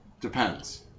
depends